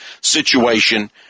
situation